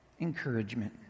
encouragement